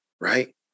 right